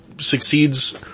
succeeds